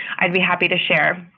i'd be happy to share.